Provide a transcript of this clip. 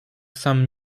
sam